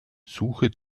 suche